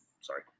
sorry